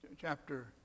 chapter